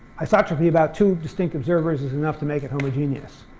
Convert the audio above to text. isotropy about two distinct observers is enough to make it homogeneous,